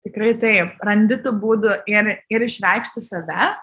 tikrai taip randi tų būdų ir ir išreikšti save